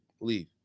Leave